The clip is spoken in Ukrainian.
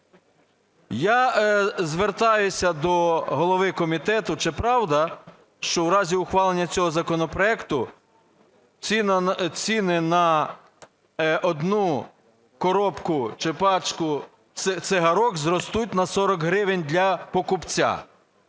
Я звертаюся до голови комітету, чи правда, що в разі ухвалення цього законопроекту ціни на одну коробку чи пачку цигарок зростуть на 40 гривень для покупця?